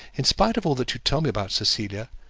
in spite of all that you tell me about cecilia,